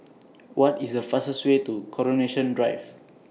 What IS The fastest Way to Coronation Drive